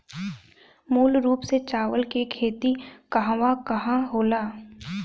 मूल रूप से चावल के खेती कहवा कहा होला?